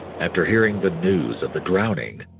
after hearing the news of the drowning,